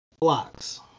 blocks